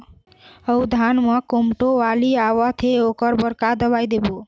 अऊ धान म कोमटो बाली आवत हे ओकर बर का दवई देबो?